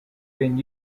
been